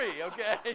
okay